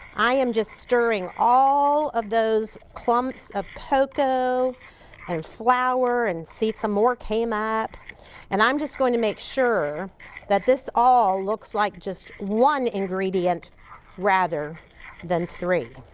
i am just stirring all of those clumps of cocoa and and flour. and see, some more came up and i'm just going to make sure that this all looks like just one ingredient rather than three.